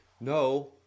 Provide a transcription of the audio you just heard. No